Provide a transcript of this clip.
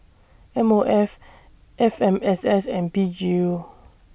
M O F F M S S and P G U